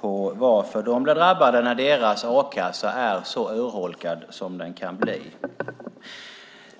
på frågan varför de blir drabbade när deras a-kassa är så urholkad som den kan bli.